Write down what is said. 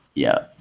yeah.